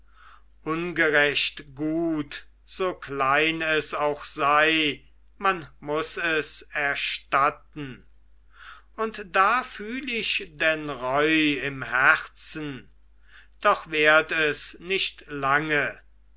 ungerecht gut so klein es auch sei man muß es erstatten und da fühl ich denn reu im herzen doch währt es nicht lange